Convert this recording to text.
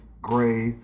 Gray